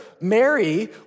Mary